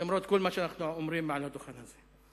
למרות כל מה שאנחנו אומרים מעל הדוכן הזה.